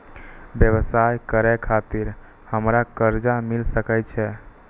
व्यवसाय करे खातिर हमरा कर्जा मिल सके छे?